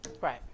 right